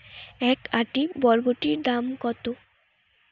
এক আঁটি বরবটির দাম কত?